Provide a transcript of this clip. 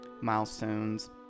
milestones